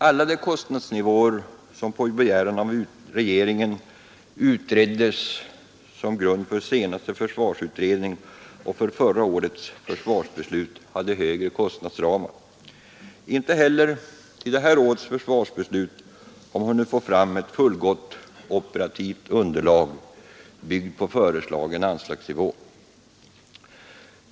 Alla de kostnadsnivåer som på begäran av regeringen utreddes som grund för den senaste försvarsutredningen och för förra årets försvarsbeslut hade högre kostnadsramar. Inte heller till detta års försvarsbeslut har man hunnit få fram ett fullgott operativt underlag byggt på föreslagen anslagsnivå.